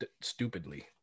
stupidly